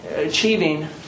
achieving